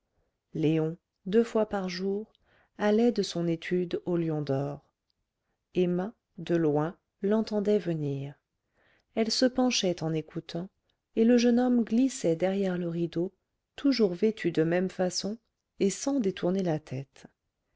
léon deux fois par jour allait de son étude au lion d'or emma de loin l'entendait venir elle se penchait en écoutant et le jeune homme glissait derrière le rideau toujours vêtu de même façon et sans détourner la tête